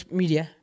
media